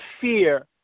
fear